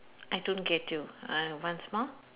I don't get you uh once more